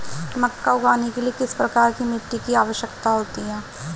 मक्का उगाने के लिए किस प्रकार की मिट्टी की आवश्यकता होती है?